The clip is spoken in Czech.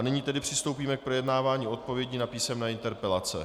Nyní tedy přistoupíme k projednávání odpovědí na písemné interpelace.